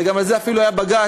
ועל זה אפילו היה בג"ץ,